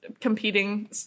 competing